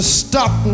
stop